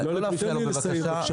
לא להפריע בבקשה.